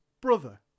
brother